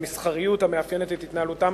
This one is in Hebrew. תביא לשיפור משמעותי במסחריות המאפיינת את התנהלותם